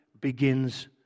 begins